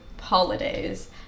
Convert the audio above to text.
holidays